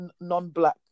non-black